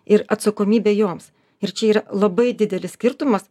ir atsakomybę joms ir čia yra labai didelis skirtumas